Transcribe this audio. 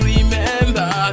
Remember